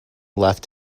left